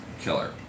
killer